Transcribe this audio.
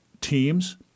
teams